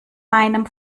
meinem